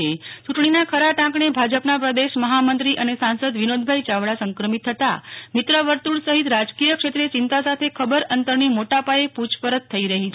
યૂંટણીના ખરા ટાંકણે ભાજપના પ્રદેશ મહામંત્રી અને સાંસદ વિનોદભાઇ ચાવડા સંક્રમિત થતાં મિત્રવર્તુળ સહિત રાજકીય ક્ષેત્રે ચિંતા સાથે ખબર અંતરની મોટાપાયે પૂછપરછ થઇ રહી છે